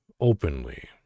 openly